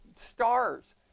stars